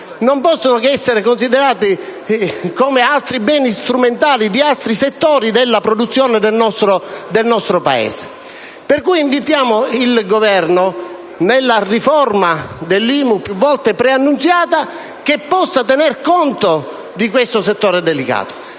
non possono che essere considerati come altri beni strumentali di altri settori della produzione del nostro Paese. Invitiamo quindi il Governo, nella riforma dell'IMU più volte annunziata, a tener conto di questo settore delicato.